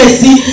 see